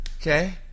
Okay